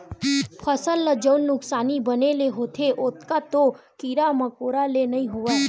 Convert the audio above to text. फसल ल जउन नुकसानी बन ले होथे ओतका तो कीरा मकोरा ले नइ होवय